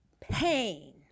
pain